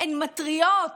מתריעים